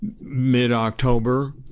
mid-october